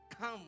come